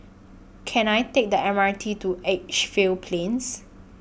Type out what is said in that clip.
Can I Take The M R T to Edgefield Plains